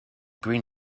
green